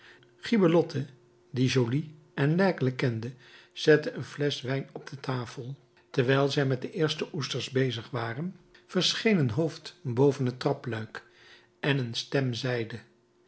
gibelotte die joly en laigle kende zette een flesch wijn op de tafel terwijl zij met de eerste oesters bezig waren verscheen een hoofd boven het trapluik en een stem zeide